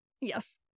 Yes